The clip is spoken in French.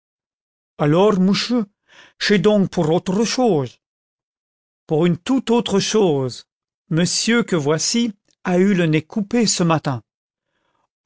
alors mouchu ch'est donc pour auchtre choge pour une tout autre chose monsieur que voici a eu le nez coupé ce matin